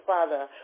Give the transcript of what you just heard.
Father